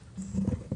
אמין,